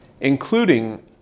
including